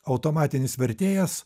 automatinis vertėjas